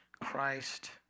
Christ